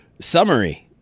Summary